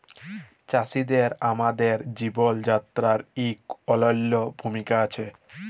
চাষীদের আমাদের জীবল যাত্রায় ইক অলল্য ভূমিকা আছে